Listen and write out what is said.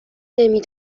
نمی